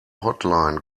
hotline